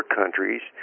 countries